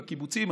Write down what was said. בקיבוצים,